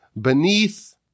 beneath